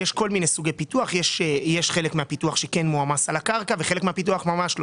ובהרשאה להתחייב את מכניסה את זה לתקציב 23 לדוגמה וההוצאה תהיה ב-25?